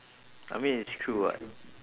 I mean it's true what